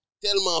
Tellement